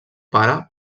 pare